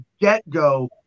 get-go